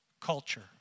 culture